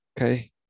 okay